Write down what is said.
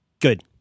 Good